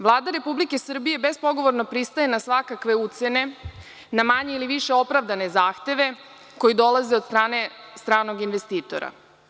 Vlada Republike Srbije bezpogovorno pristaje na svakakve ucene, na manje ili više opravdane zahteve koji dolaze od strane stranog investitora.